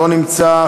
לא נמצא,